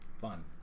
fun